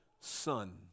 son